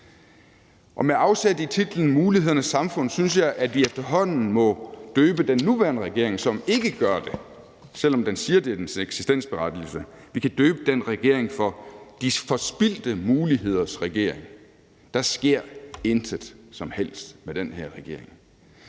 Med afsæt i titlen »Mulighedernes samfund« synes jeg, at vi efterhånden må døbe den nuværende regering, som ikke gør det, selv om den siger, det er dens eksistensberettigelse, »De forspildte muligheders regering«. Der sker intet som helst med den her regering.